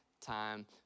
time